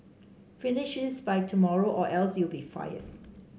finish this by tomorrow or else you'll be fired